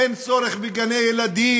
אין צורך בגני-ילדים,